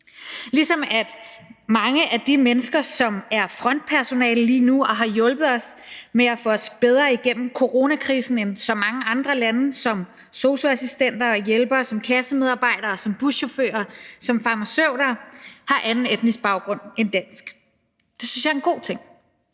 Og mange af de mennesker, som er frontpersonale lige nu og har hjulpet os med at få os bedre igennem coronakrisen end så mange andre lande som sosu-assistenter, hjælpere, kassemedarbejderne, buschauffører, farmaceuter, har anden etnisk baggrund end dansk. Det synes jeg er en god ting.